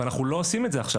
ואנחנו לא עושים את זה עכשיו.